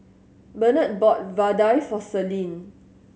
Bernard bought vadai for Celine